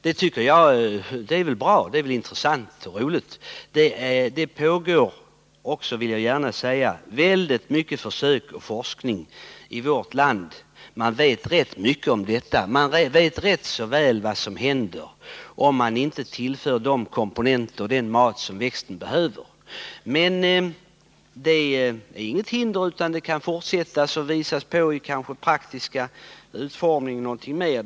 Det är väl bra, intressant och roligt. Det pågår många försök och en omfattande forskning i vårt land. Man vet mycket om detta, och man vet rätt väl vad som händer, om man inte tillför jorden den mat som växterna behöver. Men ingenting hindrar att man i praktiska försök påvisar flera saker.